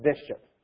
bishop